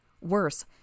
Worse